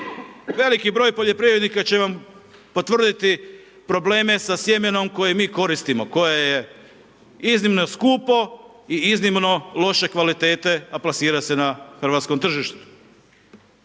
Veliki broj poljoprivrednika će vam potvrditi probleme sa sjemenom koje mi koristimo, koje je iznimno skupo i iznimno loše kvalitete, a plasira se na hrvatskom tržištu.